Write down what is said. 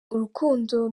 urukundo